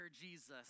Jesus